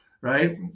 Right